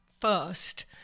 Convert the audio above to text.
first